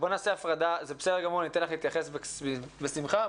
בסדר גמור, אתן לך להתייחס, בשמחה.